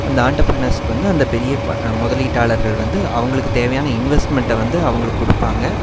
அந்த ஆண்டபிரீனர்ஸ்க்கு வந்து அந்த பெரிய ப முதலீட்டாளர்கள் வந்து அவங்களுக்கு தேவையான இன்வெஸ்ட்மெண்ட்டை வந்து அவங்களுக்கு கொடுப்பாங்க